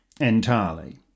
entirely